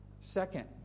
Second